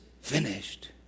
finished